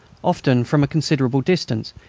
often from a considerable distance,